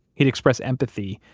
he'd express empathy,